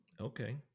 Okay